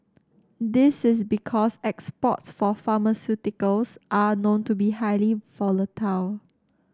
this is because exports for pharmaceuticals are known to be highly volatile